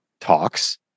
talks